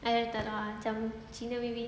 I don't know macam cina maybe